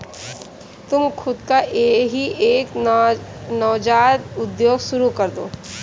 तुम खुद का ही एक नवजात उद्योग शुरू करदो